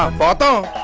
ah babu.